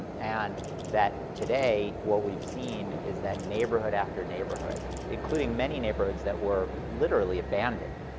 and and that today, what we've seen is that neighborhood after neighborhood, including many neighborhoods that were literally abandoned,